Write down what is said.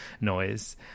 noise